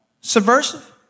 subversive